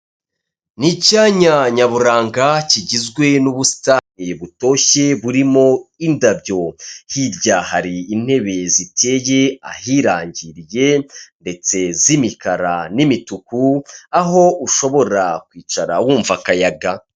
Ni icyanya nyaburanga kigizwe n'ubusitani butoshye burimo indabyo; hirya hari intebe ziteye ahirangiriye ndetse z'imikara n'imituku; aho ushobora kwicara wumva akayaga.